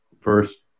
first